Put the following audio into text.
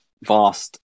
vast